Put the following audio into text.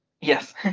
Yes